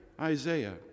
Isaiah